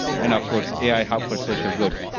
and of course, ai for social good.